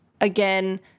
again